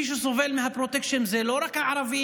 מי שסובל מפרוטקשן זה לא רק הערבים,